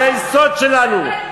זה היסוד שלנו,